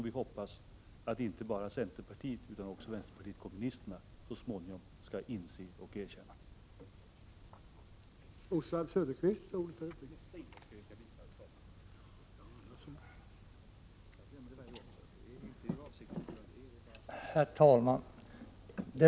Vi hoppas att inte bara centern utan också vpk så småningom skall inse och erkänna det.